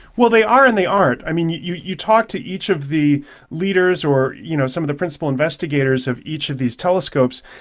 well, they are and they aren't. i mean, you you talk to each of the leaders or you know some of the principal investigators of each of these telescopes,